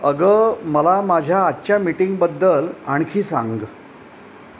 अगं मला माझ्या आजच्या मीटिंगबद्दल आणखी सांग